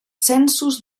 censos